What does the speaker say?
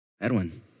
Edwin